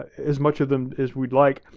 as much of them as we'd like,